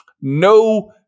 No